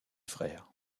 frères